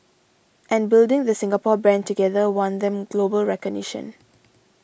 and building the Singapore brand together won them global recognition